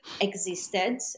existed